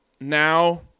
now